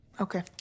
Okay